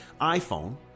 iPhone